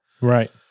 right